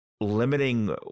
limiting